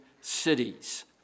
cities